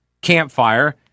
campfire